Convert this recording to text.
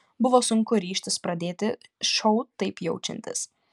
buvo sunku ryžtis pradėti šou taip jaučiantis